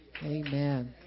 Amen